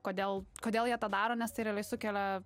kodėl kodėl jie tą daro nes tai realiai sukelia